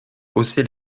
haussait